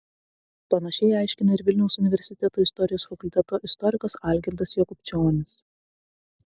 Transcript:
panašiai aiškina ir vilniaus universiteto istorijos fakulteto istorikas algirdas jakubčionis